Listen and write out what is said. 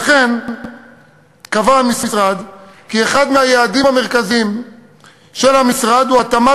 לכן קבע המשרד כי אחד היעדים המרכזיים שלו הוא התאמת